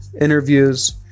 interviews